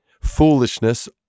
foolishness